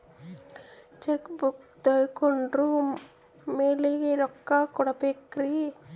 Check book ತೊಗೊಂಡ್ರ ಮ್ಯಾಲೆ ರೊಕ್ಕ ಕೊಡಬೇಕರಿ?